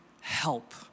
help